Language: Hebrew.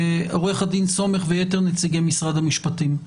עו"ד סומך ויתר נציגי משרד המשפטים,